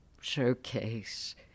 showcase